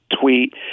tweet